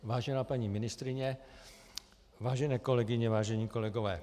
Vážená paní ministryně, vážené kolegyně, vážení kolegové.